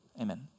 Amen